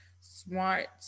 smart